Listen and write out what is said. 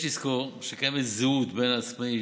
יש לזכור שקיימת זהות בין העצמאי,